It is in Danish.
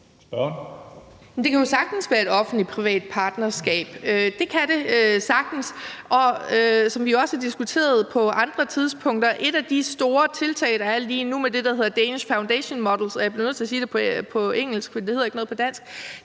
Det kan jo sagtens være et offentlig-privat partnerskab. Det kan det sagtens. Som vi også har diskuteret på andre tidspunkter, er et af de store tiltag, der er lige nu, det, der hedder Danish Foundation Models – jeg bliver nødt til at sige det på engelsk, for det hedder ikke noget på dansk